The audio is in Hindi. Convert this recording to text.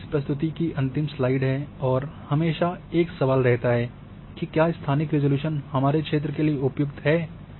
अब यह इस प्रस्तुति की अंतिम स्लाइड है और हमेशा एक सवाल रहता है कि क्या स्थानिक रिज़ॉल्यूशन हमारे क्षेत्र के लिए उपयुक्त है